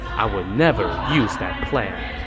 i will never use that plan.